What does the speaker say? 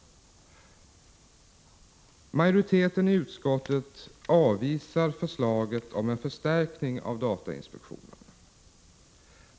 Majoriteten i utskottet avvisar förslaget om en förstärkning av datainspektionen.